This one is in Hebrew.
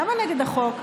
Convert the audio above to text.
למה נגד החוק?